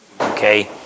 Okay